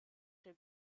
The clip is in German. dem